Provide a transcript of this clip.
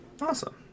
Awesome